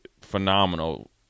phenomenal